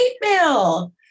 mail